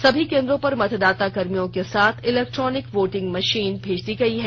सभी केन्द्रों पर मतदाता कर्मियों के साथ इलैक्ट्रॉनिक वोटिंग मशीने भेज दी गई हैं